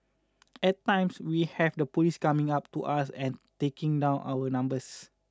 at times we have the police coming up to us and taking down our numbers